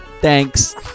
thanks